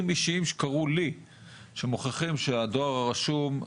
אישיים שקרו לי שמוכיחים שהדואר הרשום,